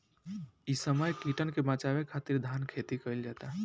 इ समय कीटन के बाचावे खातिर धान खेती कईल जाता